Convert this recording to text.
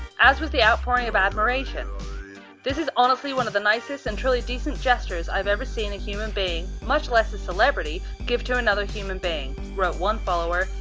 as was the outpouring of admiration this is honestly one of the nicest and truly decent gestures i've ever seen a human being much less a celebrity give to another human being. wrote one follower.